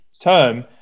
term